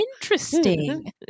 interesting